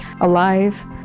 alive